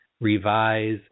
revise